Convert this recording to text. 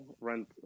rent